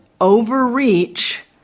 overreach